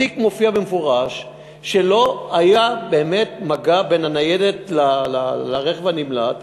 בתיק מופיע במפורש שלא היה באמת מגע בין הניידת לרכב הנמלט,